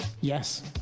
Yes